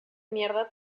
mierda